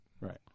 Right